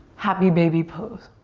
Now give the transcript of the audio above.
happy baby pose.